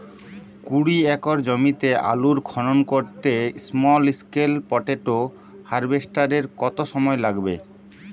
কুড়ি একর জমিতে আলুর খনন করতে স্মল স্কেল পটেটো হারভেস্টারের কত সময় লাগবে?